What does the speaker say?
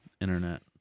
internet